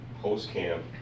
post-camp